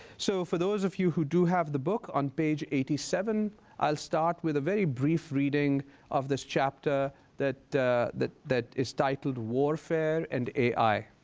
so for those of you who do have the book, on page eighty seven i'll start with a very brief reading of this chapter that that is titled warfare and ai.